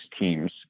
teams